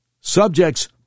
Subjects